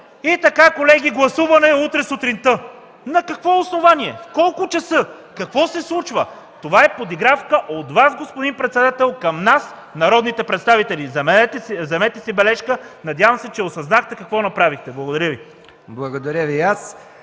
„И така, колеги, гласуваме утре сутринта”! На какво основание? В колко часа? Какво се случва? Това е подигравка от Вас, господин председател, към нас – народните представители. Вземете си бележка. Надявам се, че осъзнахте какво направихте. Благодаря Ви. ПРЕДСЕДАТЕЛ